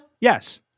Yes